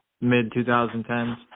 mid-2010s